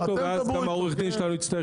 וגם העורך דין שלנו יצטרך